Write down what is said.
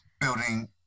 building